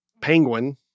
Penguin